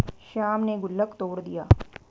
श्याम ने गुल्लक तोड़ दिया